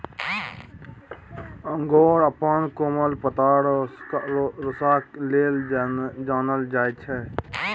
angora अपन कोमल पातर रेशाक लेल जानल जाइत छै